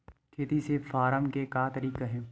खेती से फारम के का तरीका हे?